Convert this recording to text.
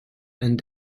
and